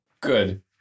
Good